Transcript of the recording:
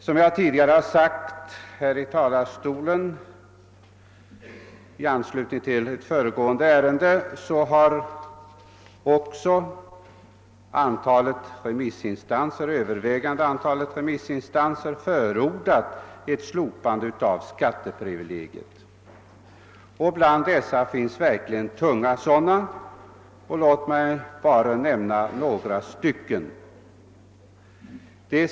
Som jag sade vid behandlingen vid första lagutskottets utlåtande nr 65 har också det övervägande antalet remissinstanser förordat ett slopande av skatteprivilegiet. Bland dessa återfinns verkligen många tunga instanser. Låt mig nämna bara några.